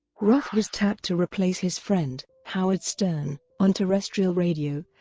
roth was tapped to replace his friend, howard stern, on terrestrial radio,